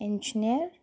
engineer